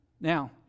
Now